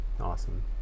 awesome